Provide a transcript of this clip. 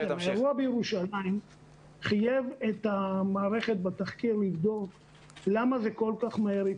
האירוע בירושלים חייב את המערכת לבדוק ולחקור למה זה התפרץ כל כך מהר.